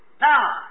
Now